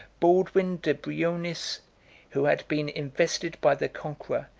baldwin de brioniis, who had been invested by the conqueror,